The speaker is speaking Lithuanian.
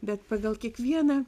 bet pagal kiekvieną